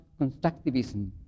constructivism